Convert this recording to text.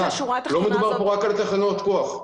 לא מדובר כאן רק על תחנות כוח.